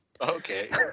Okay